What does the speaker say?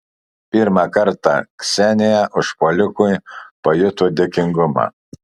pirmą kartą ksenija užpuolikui pajuto dėkingumą